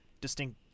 distinct